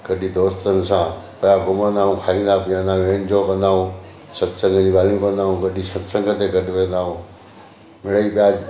कॾहिं दोस्तनि सां त घुमंदा आहियूं खाईंदा पीअंदा आहियूं इंजॉय कंदा आहियूं सतसंग जी ॻाल्हियूं कंदा आहियूं कॾहिं सतसंग ते गॾु वेंदा आहियूं मिणेई छाहे